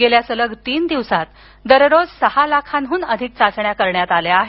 गेल्या सलग तीन दिवसांत दररोज सहा लाखांहून चाचण्या करण्यात आल्या आहेत